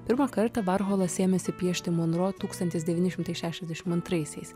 pirmą kartą varholas ėmėsi piešti monro tūkstantis devyni šimtai šešiasdešim antraisiais